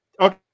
Okay